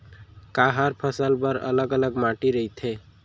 का हर फसल बर अलग अलग माटी रहिथे?